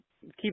keep